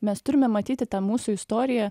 mes turime matyti tą mūsų istoriją